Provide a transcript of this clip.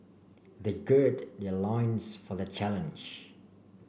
they gird their loins for the challenge